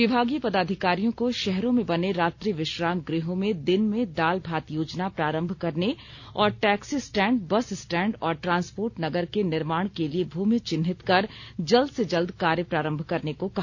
विभागीय पदाधिकारियों को शहरों में बने रात्रि विश्राम गृहों में दिन में दाल भात योजना प्रारंभ करने और टैक्सी स्टैंड बस स्टैंड और ट्रांसपोर्ट नगर के निर्माण के लिए भूमि चिन्हित कर जल्द से जल्द कार्य प्रारंभ करने को कहा